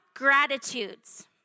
Gratitudes